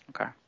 Okay